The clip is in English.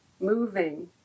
moving